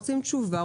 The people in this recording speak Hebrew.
רוצים תשובה,